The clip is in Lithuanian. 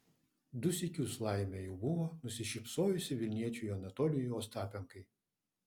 du sykius laimė jau buvo nusišypsojusi vilniečiui anatolijui ostapenkai